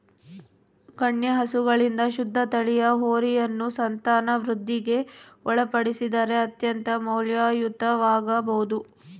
ಗಣ್ಯ ಹಸುಗಳಿಂದ ಶುದ್ಧ ತಳಿಯ ಹೋರಿಯನ್ನು ಸಂತಾನವೃದ್ಧಿಗೆ ಒಳಪಡಿಸಿದರೆ ಅತ್ಯಂತ ಮೌಲ್ಯಯುತವಾಗಬೊದು